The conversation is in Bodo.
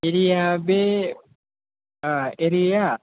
एरियाया बे एरियाया